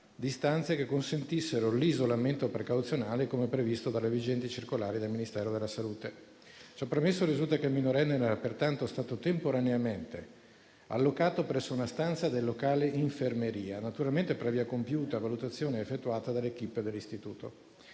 di stanze che consentissero l'isolamento precauzionale, come previsto dalla vigente circolare del Ministero della salute. Ciò premesso, risulta che il minorenne era stato temporaneamente allocato presso una stanza del locale infermeria, naturalmente previa compiuta valutazione effettuata dall'*équipe* dell'istituto,